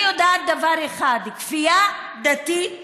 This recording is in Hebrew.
אני יודעת דבר אחד: כפייה דתית